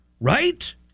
Right